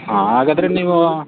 ಹಾಂ ಹಾಗಾದರೆ ನೀವು